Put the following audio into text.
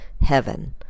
heaven